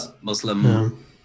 Muslim